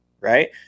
right